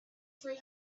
three